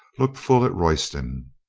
looked full at royston.